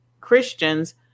Christians